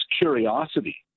curiosity